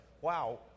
wow